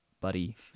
buddy